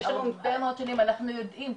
אנחנו יודעים,